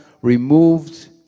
removed